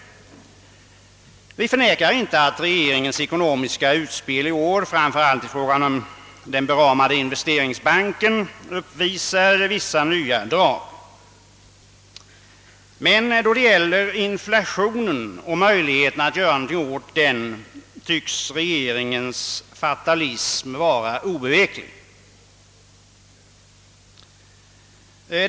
Vi förnekar inte att regeringens ekonomiska utspel i år — detta gäller framför allt den beramade investeringsbanken — uppvisar vissa nya drag. Men då det gäller inflationen och möjligheterna att göra någonting åt den tycks regeringens fatalism vara obeveklig.